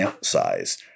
size